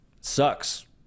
Sucks